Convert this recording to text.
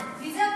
מי זה אתם?